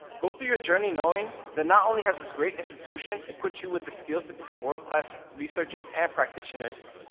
go through your journey knowing that not only has this great institution equipped you with the skills to become world-class researchers and practitioners,